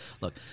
Look